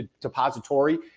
depository